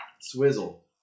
Swizzle